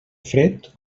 fred